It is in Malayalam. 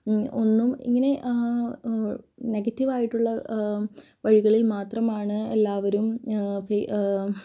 ഒന്നും ഇങ്ങനെ നെഗറ്റീവ് ആയിട്ടുള്ള വഴികളിൽ മാത്രമാണ് എല്ലാവരും